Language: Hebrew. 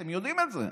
אתם יודעים את זה.